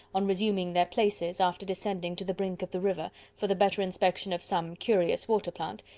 on resuming their places, after descending to the brink of the river for the better inspection of some curious water-plant,